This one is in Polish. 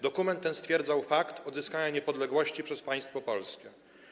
Dokument ten stwierdzał fakt odzyskania niepodległości przez państwo polskie.